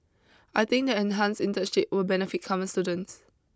I think the enhanced internship will benefit current students